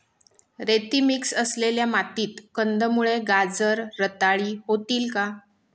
रेती मिक्स असलेल्या मातीत कंदमुळे, गाजर रताळी होतील का?